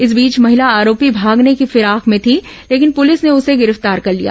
इस बीच महिला आरोपी भागने की फिराक में थी लेकिन पुलिस ने उसे गिरफ्तार कर लिया